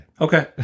okay